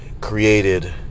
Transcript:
created